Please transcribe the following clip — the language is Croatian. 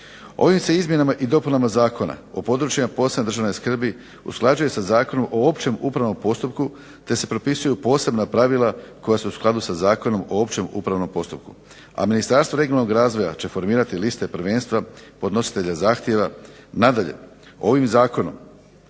Ovim se izmjenama i dopunama Zakona o područjima posebne državne skrbi usklađuje sa Zakonom o općem upravnom postupku te se propisuju posebna pravila koja su u skladu sa Zakonom o općem upravnom postupku, a Ministarstvo regionalnog razvoja će formirati liste prvenstva podnositelja zahtjeva. Nadalje, ovim zakonom